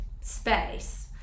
space